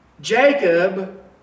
Jacob